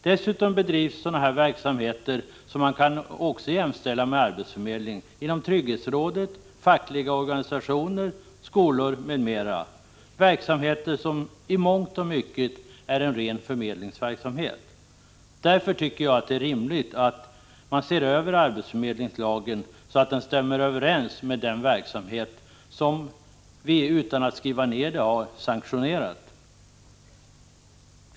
Det bedrivs också verksamheter som kan jämställas med detta inom trygghetsrådet, fackliga organisationer, skolor m.m. — verksamheter som i mångt och mycket är ren förmedlingsverksamhet. Därför tycker jag att det är rimligt att se över arbetsförmedlingslagen så att den stämmer överens med den verksamhet som vi — utan att skriva ned det — har sanktionerat.